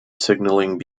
signalling